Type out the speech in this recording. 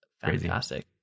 fantastic